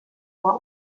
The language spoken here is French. fois